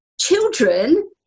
children